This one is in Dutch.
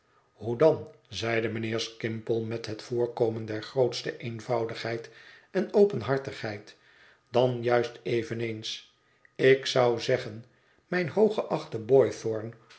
hoe dan zeide mijnheer skimpole met het voorkomen der grootste eenvoudigheid en openhartigheid dan juist eveneens ik zou zeggen mijn hooggeachte